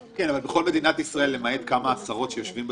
לאחר כמה שנים אני הופך להיות